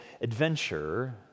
adventure